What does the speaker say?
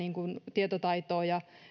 tietotaitoa ja